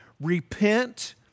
Repent